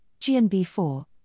GNB4